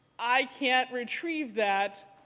i can't retrieve that,